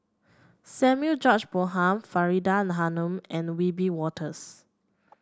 Samuel George Bonham Faridah Hanum and Wiebe Wolters